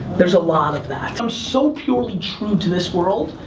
there's a lot of that. i'm so purely true to this world,